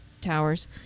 Towers